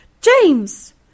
James